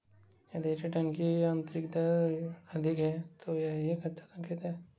यदि रिटर्न की आंतरिक दर अधिक है, तो यह एक अच्छा संकेत है